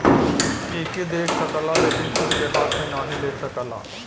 एके देख सकला लेकिन खूद के हाथ मे नाही ले सकला